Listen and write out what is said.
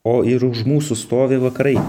o ir už mūsų stovi vakarai